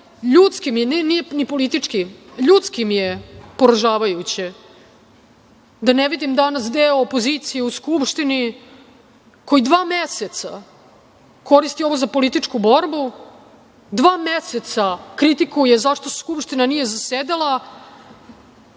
ljudski, nije ni politički, poražavajuće, deo opozicije u Skupštini, koji dva meseca koristi ovo za političku borbu. Dva meseca kritikuje zašto Skupština nije zasedala,